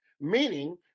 meaning